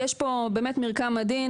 יש פה מרקם עדין,